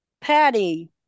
Patty